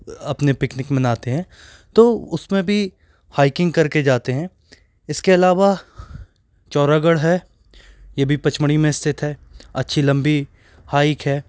अपने पिकनिक मनाते हैं तो उसमें भी हाइकिंग कर के जाते हैं इसके अलावा चौरागड़ है ये भी पचमणी में स्थित है अच्छी लम्बी हाइक है